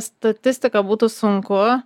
statistiką būtų sunku